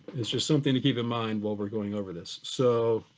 it's just something to keep in mind while we're going over this. so,